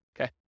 Okay